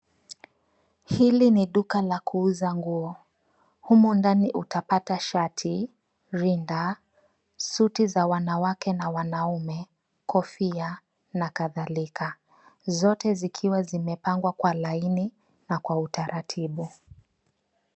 Hili ni duka la kuuza nguo, humo ndani utapata shati, rinda, suti za wanawake na wanaume, kofia na kadhalika, zote zikiwa zimepangwa kwa laini na kwa utaratibu.